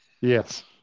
Yes